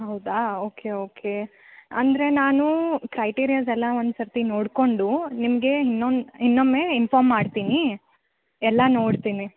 ಹೌದಾ okay okay ಅಂದರೆ ನಾನು ಕ್ರೈಟೀರಿಯಸ್ ಎಲ್ಲ ಒಂದು ಸರ್ತಿ ನೋಡಿಕೊಂಡು ನಿಮಗೆ ಇನ್ನೊಂದು ಇನ್ನೊಮ್ಮೆ ಇನ್ಫಾರ್ಮ್ ಮಾಡ್ತೀನಿ ಎಲ್ಲ ನೋಡ್ತೀನಿ